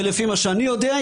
ולפי מה שאני יודע,